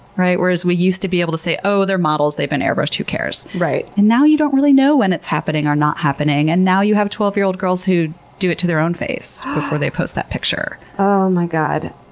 whereas, we used to be able to say, oh, they're models, they've been airbrushed, who cares? and now you don't really know when it's happening, or not happening, and now you have twelve year old girls who do it to their own face before they post that picture. oh my god.